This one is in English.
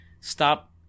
stop